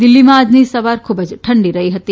દિલ્હીમાં આજની સવાર ખૂબ ઠંડી રહી છે